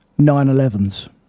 911s